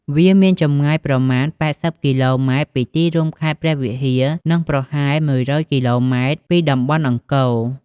វាមានចម្ងាយប្រមាណ ៨០ គីឡូម៉ែត្រពីទីរួមខេត្តព្រះវិហារ និងប្រហែល ១០០ គីឡូម៉ែត្រពីតំបន់អង្គរ។